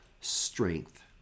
strength